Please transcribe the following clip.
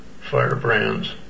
firebrands